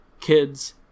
kids